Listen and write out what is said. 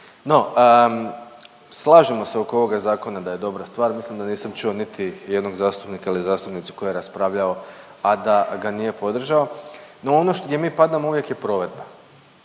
No, slažemo se oko ovoga zakona da je dobra stvar, mislim da nisam čuo niti jednog zastupnika ili zastupnicu koji je raspravljao, a da ga nije podržao, no ono gdje mi padamo uvijek je provedba.